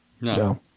No